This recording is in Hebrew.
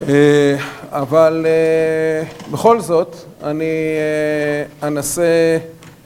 אבל, בכל זאת, אני אנסה